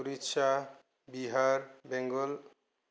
Orissa Bihar Bengal